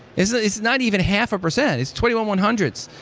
it's ah it's not even half a percent. it's twenty one one hundred ths.